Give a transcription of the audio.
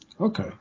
Okay